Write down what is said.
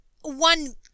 one